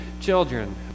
children